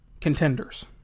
contenders